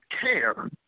care